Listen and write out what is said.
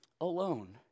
alone